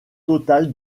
total